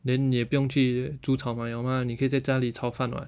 then 你也不用去煮炒买 liao mah 你可以在家里炒饭 [what]